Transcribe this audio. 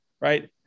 right